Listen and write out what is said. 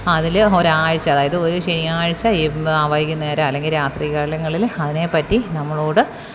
അതിൽ ഒരാഴ്ച അതായത് ഒരു ശനിയാഴ്ച വൈകുന്നേരം അല്ലെങ്കില് രാത്രി കാലങ്ങളിൽ അതിനെപ്പറ്റി നമ്മളോട്